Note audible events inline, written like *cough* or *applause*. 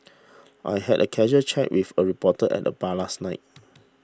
I had a casual chat with a reporter at the bar last night *noise*